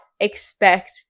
Expect